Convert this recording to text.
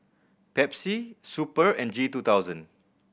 Pepsi Super and G two thousand